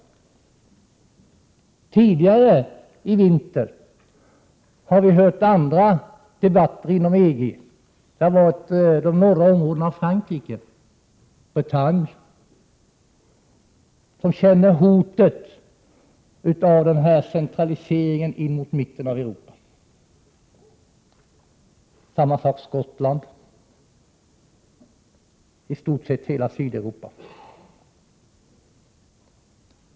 Och tidigare i vinter har vi hört andra debatter inom EG som handlat om att de norra områdena av Frankrike, t.ex. Bretagne, känner hotet av centraliseringen in mot mitten av Europa. Detsamma gäller Skottland och i stort sett hela Sydeuropa.